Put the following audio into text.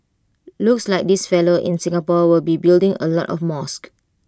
looks like this fellow in Singapore will be building A lot of mosques